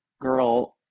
girl